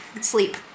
Sleep